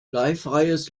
bleifreies